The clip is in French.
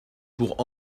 pour